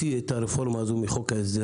ושאל האם הוא מוציא את הרפורמה הזאת מחוק ההסדרים,